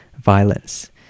violence